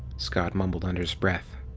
scott mumbled under his breath.